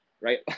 right